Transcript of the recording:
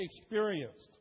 experienced